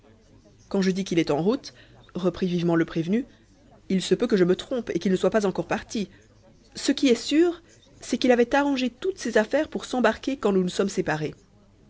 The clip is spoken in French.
quand je dis qu'il est en route reprit vivement le prévenu il se peut que je me trompe et qu'il ne soit pas encore parti ce qui est sûr c'est qu'il avait arrangé toutes ses affaires pour s'embarquer quand nous nous sommes séparés